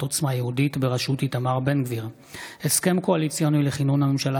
הציונות הדתית בראשות בצלאל סמוטריץ'; הסכם קואליציוני לכינון הממשלה